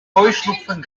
heuschnupfen